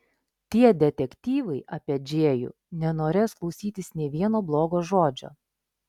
tie detektyvai apie džėjų nenorės klausytis nė vieno blogo žodžio